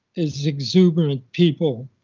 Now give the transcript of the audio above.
as exuberant people,